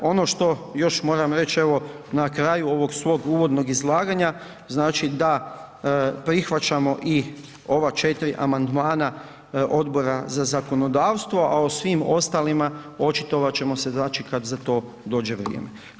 Ono što još moram reć evo na kraju ovog svog uvodnog izlaganja, znači da prihvaćamo i ova 4 amandmana Odbora za zakonodavstvo, a o svim ostalima očitovat ćemo se znači kad za to dođe vrijeme.